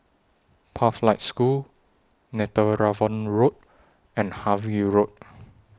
Pathlight School Netheravon Road and Harvey Road